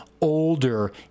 older